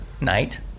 Night